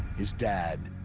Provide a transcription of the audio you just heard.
his dad.